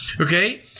Okay